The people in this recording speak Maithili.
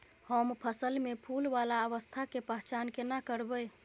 हम फसल में फुल वाला अवस्था के पहचान केना करबै?